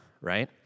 right